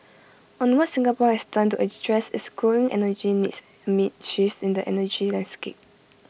on what Singapore has done to address its growing energy needs amid shifts in the energy landscape